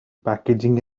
packaging